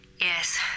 Yes